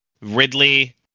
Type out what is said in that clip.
Ridley